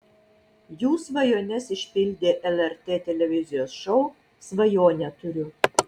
jų svajones išpildė lrt televizijos šou svajonę turiu